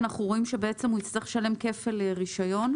אנחנו רואים שהוא יצטרך לשלם כפל רישיון,